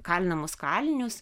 kalinamus kalinius